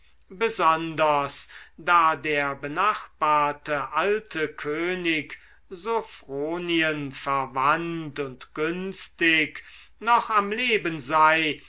besonders da der benachbarte alte könig sophronien verwandt und günstig noch am leben sei